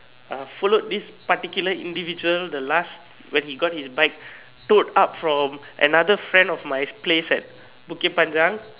I followed this particular individual the last when he last got his bike took up from another friend from my place at Bukit-Panjang